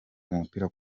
umupira